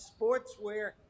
sportswear